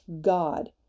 God